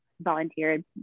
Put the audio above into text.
volunteered